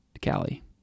cali